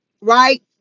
right